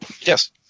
Yes